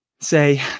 say